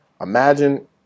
imagine